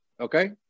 Okay